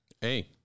hey